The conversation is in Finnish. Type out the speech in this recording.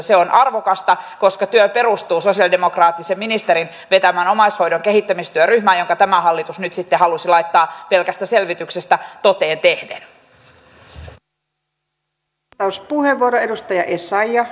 se on arvokasta koska työ perustuu sosialidemokraattisen ministerin vetämään omaishoidon kehittämistyöryhmään jonka tämä hallitus nyt sitten halusi laittaa pelkästä selvityksestä toteen tehden